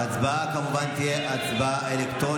ההצבעה כמובן תהיה אלקטרונית.